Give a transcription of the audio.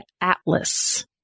atlas